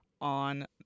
on